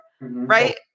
Right